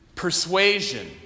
Persuasion